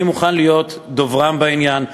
אני מוכן להיות דוברם בעניין,